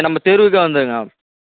இல்லை முதல்ல எங்கே வரணுன்ன